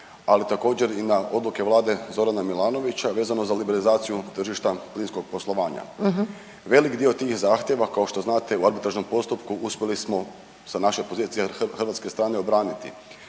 ali također i na odluke vlade Zorana Milanovića vezano za liberalizaciju tržišta plinskog poslovanja. Velik dio tih zahtjeva kao što znate u arbitražnom postupku uspjeli smo sa naše pozicije, hrvatske strane obraniti.